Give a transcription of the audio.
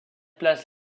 place